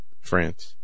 France